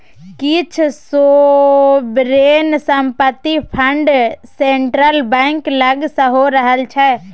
किछ सोवरेन संपत्ति fund central bank लग सेहो रहय छै